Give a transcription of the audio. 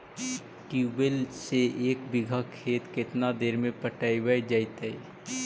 Tubewell से एक बिघा खेत केतना देर में पटैबए जितै?